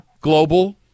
global